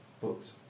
Books